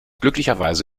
glücklicherweise